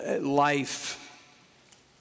life